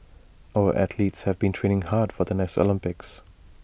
our athletes have been training hard for the next Olympics